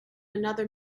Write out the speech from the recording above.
another